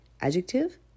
adjective